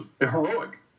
heroic